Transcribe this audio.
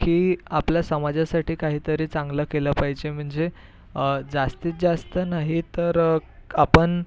की आपल्या समाजासाठी काही तरी चांगलं केलं पाहिजे म्हणजे जास्तीत जास्त नाही तर आपण